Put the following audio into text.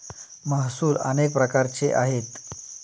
महसूल अनेक प्रकारचे आहेत